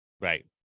Right